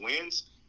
wins